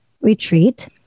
retreat